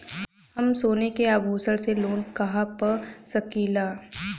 हम सोने के आभूषण से लोन कहा पा सकीला?